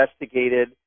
investigated